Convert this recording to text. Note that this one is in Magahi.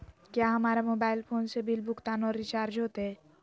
क्या हमारा मोबाइल फोन से बिल भुगतान और रिचार्ज होते?